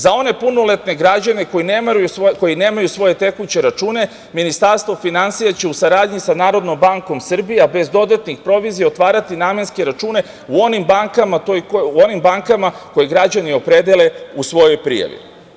Za one punoletne građane koji nemaju svoje tekuće račune Ministarstvo finansija će u saradnji sa NBS, a bez dodatnih provizija otvarati namenske račune u onim bankama koji građani opredele u svojoj prijavi.